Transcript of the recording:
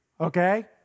okay